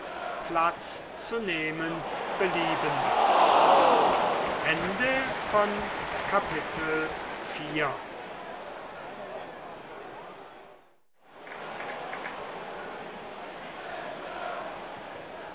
platz zu nehmen belieben werden